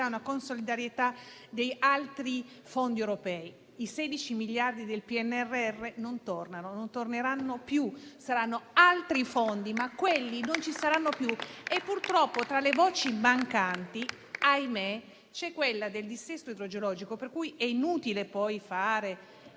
una con-solidarietà di altri fondi europei. I 16 miliardi di euro del PNRR non tornano e non torneranno più. Saranno altri fondi, ma quelli non ci saranno più. Purtroppo, tra le voci mancanti - ahimè - c'è quella del dissesto idrogeologico, per cui è inutile poi fare,